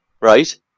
Right